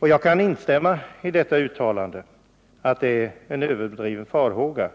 Jag kan instämma i detta uttalande, att det här finns en överdriven farhåga.